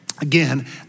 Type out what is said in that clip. again